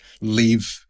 leave